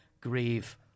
Grieve